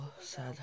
sad